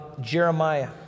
Jeremiah